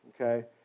okay